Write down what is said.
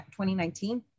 2019